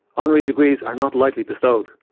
honorary degrees are not lightly bestowed.